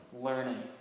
learning